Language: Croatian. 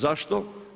Zašto?